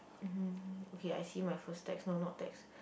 mm okay I see my first text no not text